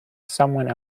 someone